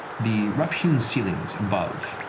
the rough-hewn ceilings above,